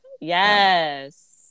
Yes